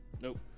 Nope